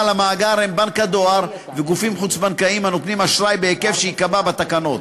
למאגר הם בנק הדואר וגופים חוץ-בנקאיים הנותנים אשראי בהיקף שייקבע בתקנות.